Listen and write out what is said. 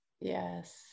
yes